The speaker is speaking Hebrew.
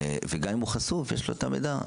וגם אם הוא חשוף יש לו את המידע.